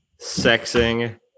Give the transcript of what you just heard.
sexing